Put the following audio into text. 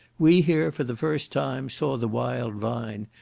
we here, for the first time, saw the wild vine,